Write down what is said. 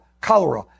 cholera